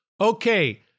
Okay